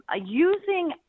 using